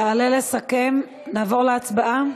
תעלה לסכם, נעבור להצבעה?